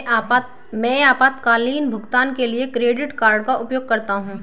मैं आपातकालीन भुगतान के लिए क्रेडिट कार्ड का उपयोग करता हूं